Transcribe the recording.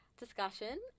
discussion